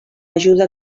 ajuda